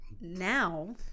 Now